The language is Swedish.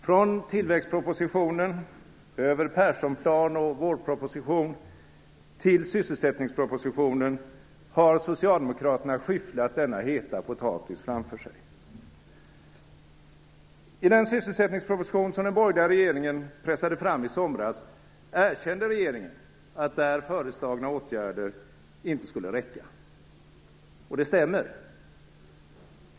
Från tillväxtpropositionen över Perssonplan och vårproposition till sysselsättningspropositionen har socialdemokraterna skyfflat denna heta potatis framför sig. I den sysselsättningsproposition som den borgerliga oppositionen pressade fram i somras erkände regeringen att där föreslagna åtgärder inte skulle räcka. Det stämmer.